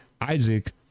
Isaac